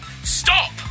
Stop